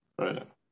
Right